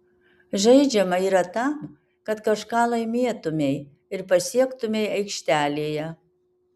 žaidžiama yra tam kad kažką laimėtumei ir pasiektumei aikštelėje